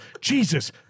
Jesus